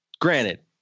granted